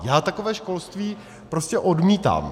Já takové školství prostě odmítám.